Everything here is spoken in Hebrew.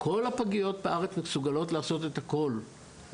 כל הפגיות בארץ מסוגלות לעשות את הכול.